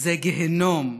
זה גיהינום,